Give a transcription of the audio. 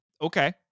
Okay